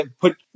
put